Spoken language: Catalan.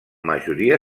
majoria